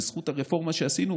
בזכות הרפורמה שעשינו,